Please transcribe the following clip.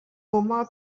omar